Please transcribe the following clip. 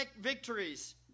victories